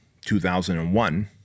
2001